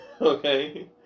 Okay